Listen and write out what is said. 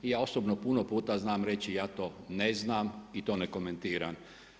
Ja osobno puno puta znam reći ja to ne znam i to ne komentiram.